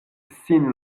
sin